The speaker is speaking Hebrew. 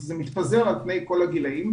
זה מתפזר על פני כל הגילאים.